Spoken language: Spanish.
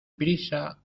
prisa